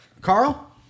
Carl